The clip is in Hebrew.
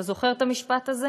אתה זוכר את המשפט הזה?